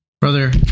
Brother